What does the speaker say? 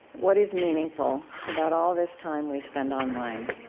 what is meaningful about all this time we spend online?